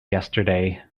yesterday